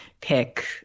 pick